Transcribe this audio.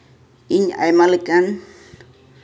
ᱤᱧ ᱟᱭᱢᱟ ᱞᱮᱠᱟᱱ